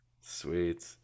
Sweet